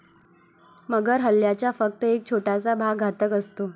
मगर हल्ल्याचा फक्त एक छोटासा भाग घातक असतो